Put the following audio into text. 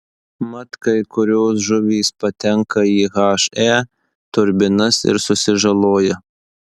mat kai kurios žuvys patenka į he turbinas ir susižaloja